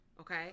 Okay